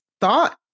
thought